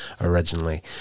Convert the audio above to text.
originally